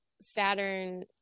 saturn